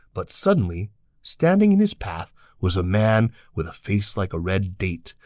but suddenly standing in his path was a man with a face like a red date,